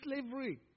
slavery